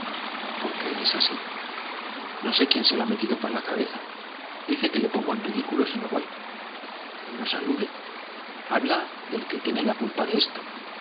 por qué porque es así no sé quién se lo ha metido por la cabeza dice que le pongo en ridículo si no voy y nos alude habla del que tiene la culpa de esto